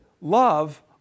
love